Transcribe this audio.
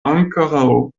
ankoraŭ